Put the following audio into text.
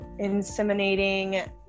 inseminating